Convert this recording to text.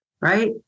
Right